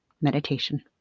meditation